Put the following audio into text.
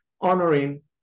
honoring